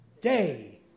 day